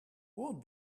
what